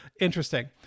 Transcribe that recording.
interesting